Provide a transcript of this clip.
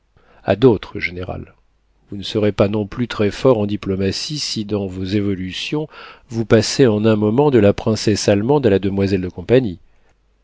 a d'autres général vous ne serez pas non plus très-fort en diplomatie si dans vos évaluations vous passez en un moment de la princesse allemande à la demoiselle de compagnie